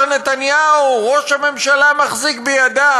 שהשר נתניהו, ראש הממשלה, מחזיק בידיו,